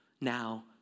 now